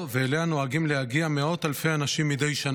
ואליה נוהגים להגיע מאות אלפי אנשים מדי שנה.